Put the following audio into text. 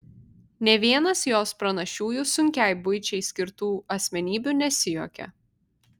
nė vienas jos pranašiųjų sunkiai buičiai skirtų asmenybių nesijuokia